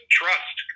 trust